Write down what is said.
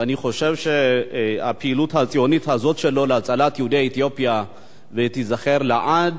ואני חושב שהפעילות הציונית הזאת שלו להצלת יהודי אתיופיה תיזכר לעד.